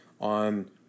on